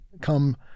come